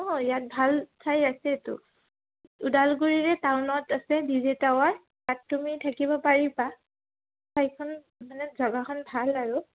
অঁ ইয়াত ভাল ঠাই আছেতো ওদালগুৰিৰে টাউনত আছে ডি জে টাৱাৰ তাত তুমি থাকিব পাৰিবা ঠাইখন মানে জেগাখন ভাল আৰু